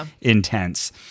intense